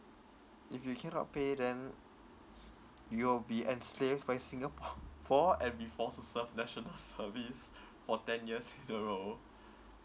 if you cannot pay then you'll be enslave by singapore and will forces national sevice for ten years in a row